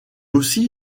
aussi